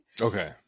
Okay